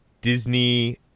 Disney